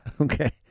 Okay